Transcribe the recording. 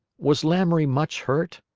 was lamoury much hurt?